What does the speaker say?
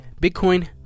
Bitcoin